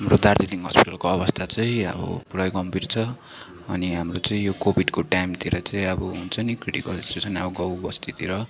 हाम्रो दार्जिलिङ हस्पिटलको अवस्ता चाहिँ अब पुरै गम्भीर छ अनि हाम्रो चाहिँ यो कोभिडको टाइमतिर चाहिँ अब हुन्छ नि क्रिटिकल सिचुवेसन अब गाउँ बस्तीतिर